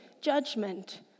judgment